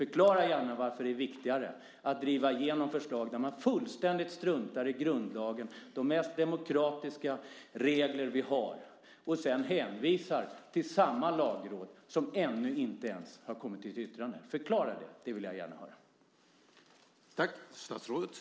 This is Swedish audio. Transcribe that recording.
Förklara varför det är rätt att gå emot Lagrådets kritik och driva igenom ett förslag om fastighetsskatt trots att man har struntat i grundlagen, som är grunden för demokratin, samtidigt som man med hänvisning till samma lagråd drar tillbaka ett förslag innan Lagrådet ens har hunnit komma med något yttrande!